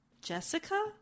jessica